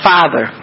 Father